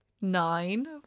nine